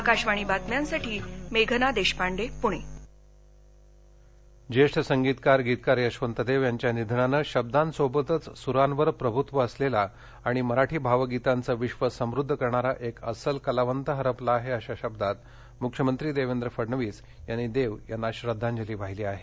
आकाशवाणी बातम्यांसाठी मेघना देशपांडे पुणे ज्येष्ठ संगीतकार गीतकार यशवंत देव यांच्या निधनानं शब्दांसोबतच सुरांवर प्रभुत्व असलेला आणि मराठी भावगीतांचं विक्ष समृद्ध करणारा एक अस्सल कलावंत हरपला आहे अशा शब्दांत मुख्यमंत्री देवेंद्र फडणवीस यांनी देव यांना श्रद्वांजली वाहिली आहे